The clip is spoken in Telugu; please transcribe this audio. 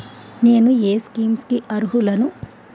నేను ఏ స్కీమ్స్ కి అరుహులను?